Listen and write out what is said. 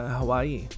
Hawaii